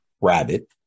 rabbit